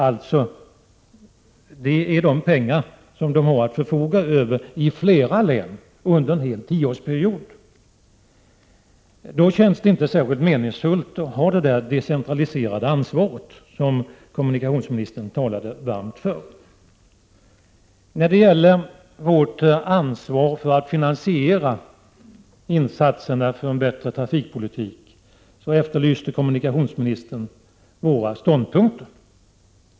Det är denna summa man i flera län har att förfoga över under en tioårsperiod. Då känns det inte särskilt meningsfullt att ha detta decentraliserade ansvar, som kommunikationsministern talade varmt för. När det gäller vårt ansvar för att finansiera insatserna för en bättre trafikpolitik efterlyste kommunikationsministern våra ståndpunkter.